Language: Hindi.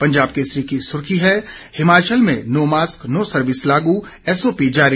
पंजाब केसरी की सुर्खी है हिमाचल में नो मास्क नो सर्विस लागु एसओपी जारी